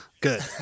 Good